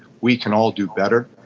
we can all do better.